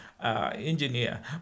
Engineer